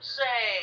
say